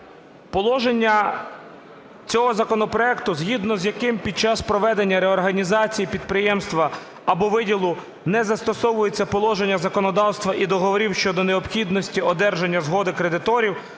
Положення цього законопроекту, згідно з яким під час проведення реорганізації підприємства або виділу не застосовується положення законодавства і договорів щодо необхідності одержання згоди кредиторів